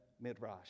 Midrash